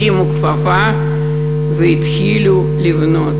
הרימו את הכפפה והתחילו לבנות.